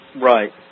Right